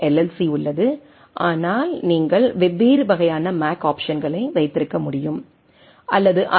C உள்ளது ஆனால் நீங்கள் வெவ்வேறு வகையான மேக் ஆப்சன்களை வைத்திருக்க முடியும் அல்லது அதே எல்